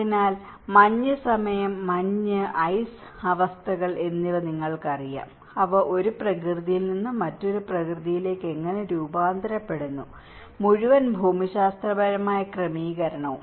അതിനാൽ മഞ്ഞ് സമയം മഞ്ഞ് ഐസ് അവസ്ഥകൾ എന്നിവ നിങ്ങൾക്കറിയാം അവ ഒരു പ്രകൃതിയിൽ നിന്ന് മറ്റൊരു പ്രകൃതിയിലേക്ക് എങ്ങനെ രൂപാന്തരപ്പെടുന്നു മുഴുവൻ ഭൂമിശാസ്ത്രപരമായ ക്രമീകരണവും